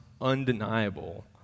undeniable